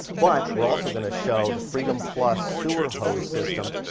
but we're also going to show the freedom plus sewer hose system,